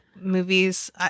movies